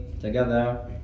together